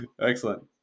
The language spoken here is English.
Excellent